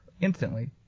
instantly